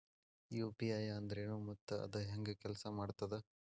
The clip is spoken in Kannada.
ಯು.ಪಿ.ಐ ಅಂದ್ರೆನು ಮತ್ತ ಅದ ಹೆಂಗ ಕೆಲ್ಸ ಮಾಡ್ತದ